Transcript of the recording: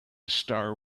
star